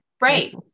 Right